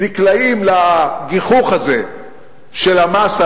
נקלעים לגיחוך הזה של המס,